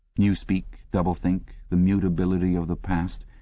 newspeak, doublethink, the mutability of the past.